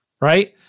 right